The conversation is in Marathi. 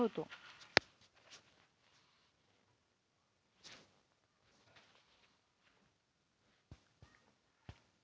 द्राक्षाच्या न पिकलेल्या फळाचा रंग हिरवा असतो आणि पिकल्यावर हिरवा किंवा हलका पिवळा होतो